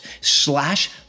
slash